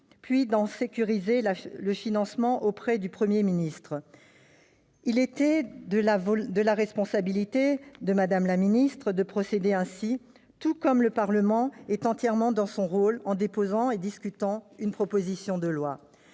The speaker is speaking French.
puis d'en sécuriser le financement auprès du Premier ministre. Il était de sa responsabilité de procéder ainsi, tout comme le Parlement est entièrement dans son rôle en déposant et en discutant une proposition de loi